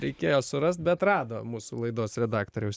reikėjo surast bet rado mūsų laidos redaktoriaus